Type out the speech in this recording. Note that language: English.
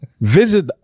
visit